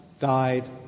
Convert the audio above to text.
died